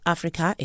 Africa